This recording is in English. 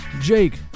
Jake